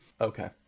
Okay